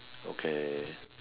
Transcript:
okay